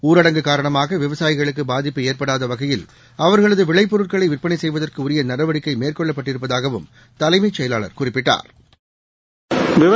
ஊரடங்கு காரணமாக விவசாயிகளுக்கு பாதிப்பு ஏற்படாத வகையில் அவர்களது விளைப் பொருட்களை விற்பனை செய்வதற்கு உரிய நடவடிக்கை மேற்கொள்ளப்பட்டிருப்பதாகவும் தலைமைச் செயலாள் குறிப்பிட்டா்